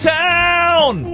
town